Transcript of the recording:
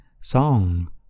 song